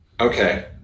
Okay